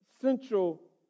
central